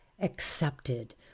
accepted